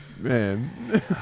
Man